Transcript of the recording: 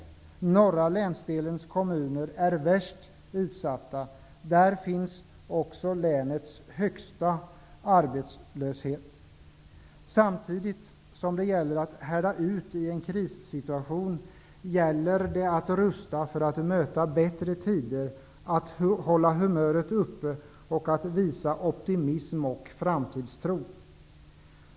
Norra länsdelens kommuner är värst utsatta. Där är också arbetslösheten högst i länet. Samtidigt som det gäller att härda ut i en krissituation gäller det att rusta för att möta bättre tider, att hålla humöret uppe och att visa optimism och framtidstro.